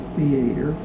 Theater